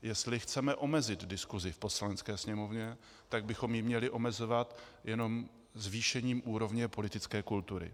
Jestli chceme omezit diskusi v Poslanecké sněmovně, tak bychom ji měli omezovat jenom zvýšením úrovně politické kultury.